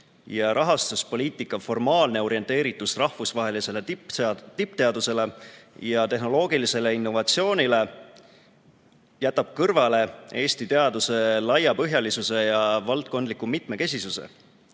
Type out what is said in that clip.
rahastuspoliitika formaalne orienteeritus rahvusvahelisele tippteadusele ja tehnoloogilisele innovatsioonile jätab kõrvale Eesti teaduse laiapõhjalisuse ja valdkondliku mitmekesisuse,